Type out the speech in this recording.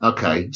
Okay